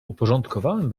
uporządkowałem